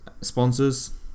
sponsors